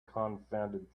confounded